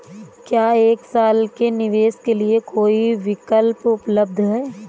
क्या एक साल के निवेश के लिए कोई विकल्प उपलब्ध है?